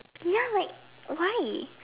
ya like why